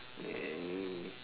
and